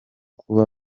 kuba